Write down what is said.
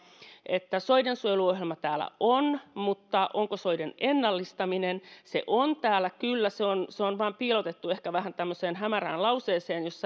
että soiden suojeluohjelma täällä on mutta onko soiden ennallistaminen se on täällä kyllä se on se on vain piilotettu tämmöiseen ehkä vähän hämärään lauseeseen jossa